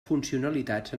funcionalitats